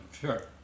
Sure